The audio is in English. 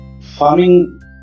farming